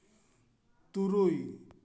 ᱛᱩᱨᱩᱭ